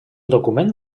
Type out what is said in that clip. document